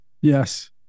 yes